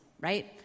right